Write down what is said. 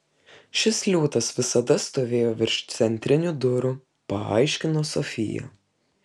šis liūtas visada stovėjo virš centrinių durų paaiškino sofija